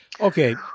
Okay